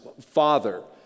father